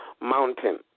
mountain